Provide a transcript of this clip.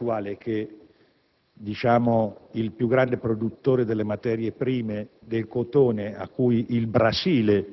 Non è casuale che il più grande produttore della materia prima, cioè il cotone, di cui il Brasile